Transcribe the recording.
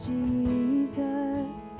Jesus